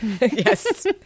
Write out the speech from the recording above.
Yes